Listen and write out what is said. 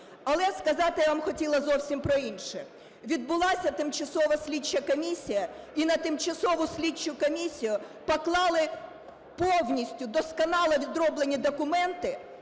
Але сказати я вам хотіла зовсім про інше. Відбулася тимчасова слідча комісія, і на тимчасову слідчу комісію поклали повністю, досконало відроблені документи,